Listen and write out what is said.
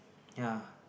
ya